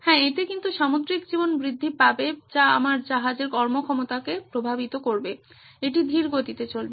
হ্যাঁ এতে কিন্তু সামুদ্রিক জীবন বৃদ্ধি পাবে যা আমার জাহাজের কর্মক্ষমতাকে প্রভাবিত করবে এটি ধীর গতিতে চলবে